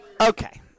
Okay